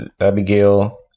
Abigail